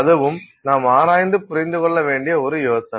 அதுவும் நாம் ஆராய்ந்து புரிந்து கொள்ள வேண்டிய ஒரு யோசனை